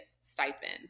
stipends